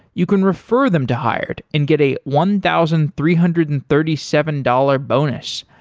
you can refer them to hired and get a one thousand three hundred and thirty seven dollars bonus.